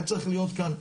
היה צריך להיות כאן,